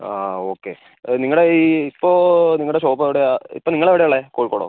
ആ ആ ഓക്കെ നിങ്ങളുടെ ഈ ഇപ്പൊൾ നിങ്ങളുടെ ഷോപ്പ് എവിടെയാണ് ഇപ്പം നിങ്ങൾ എവിടെയാണ് ഉള്ളത് കോഴിക്കോടോ